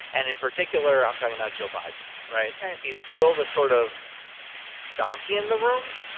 and in particular, i'm talking about joe biden, right? right he's still the sort of donkey in the room?